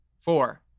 Four